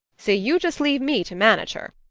so you just leave me to manage her.